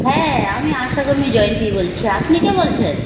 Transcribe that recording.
হ্যাঁ আমি আশা কর্মী জয়ন্তী বলছি আপনি কে বলছেন